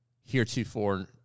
heretofore